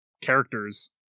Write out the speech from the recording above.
characters